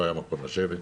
לא היה מקום לשבת.